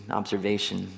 observation